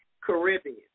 Caribbean